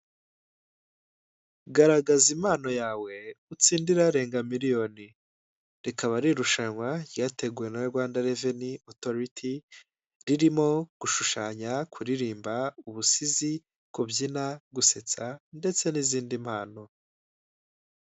Garagaza impano yawe utsindira irarenga miliyoni, rikaba ari irushanwa ryateguwe na Rwanda Revenue Authority, ririmo gushushanya, kuririmba, ubusizi, kubyina, gusetsa ndetse n'izindi mpano.